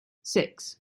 six